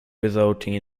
resulting